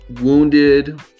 wounded